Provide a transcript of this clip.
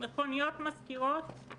מכוניות ומזכירות?